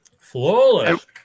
Flawless